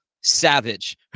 savage